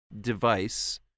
device